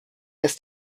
this